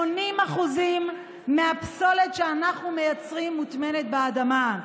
80% מהפסולת שאנחנו מייצרים מוטמנים באדמה.